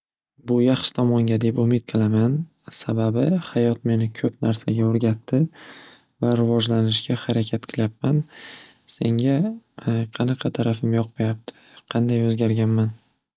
Bu yaxshi tomonga deb umid qilaman sababi hayot meni ko'p narsani o'rgatdi va rivojlanishga harakat qilyapman senga qanaqa tarafim yoqmayapti qanday o'zgarganman?